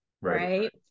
right